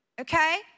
okay